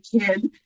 kid